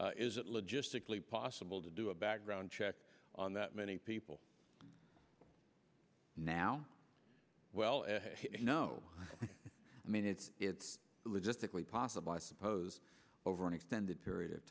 people is it logistically possible to do a background check on that many people now well you know i mean it's it's logistically possible i suppose over an extended period of